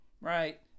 right